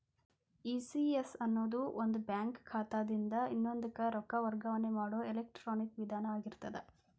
ECS ಅನ್ನೊದು ಒಂದ bank ಖಾತಾದಿನ್ದ ಇನ್ನೊಂದಕ್ಕ ರೊಕ್ಕ ವರ್ಗಾವಣೆ ಮಾಡೊ ಎಲೆಕ್ಟ್ರಾನಿಕ್ ವಿಧಾನ ಆಗಿರ್ತದ